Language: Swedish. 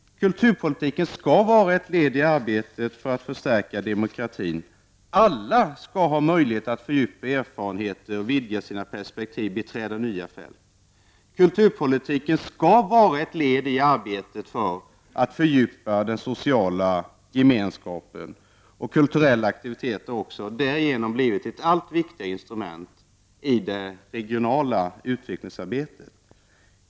Kulturpolitiken skall vara ett led i arbetet att förstärka demokratin. Alla skall ha möjlighet att fördjupa sina erfarenheter, vidga sina perspektiv och beträda nya fält. Kulturpolitiken skall vara ett led i arbetet att fördjupa den sociala gemenskapen. Kulturella aktiviteter har därigenom blivit ett allt viktigare instrument i det regionala utvecklingsarbetet.